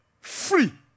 free